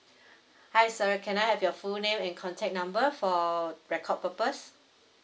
hi sir can I have your full name and contact number for record purpose